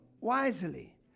wisely